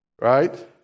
Right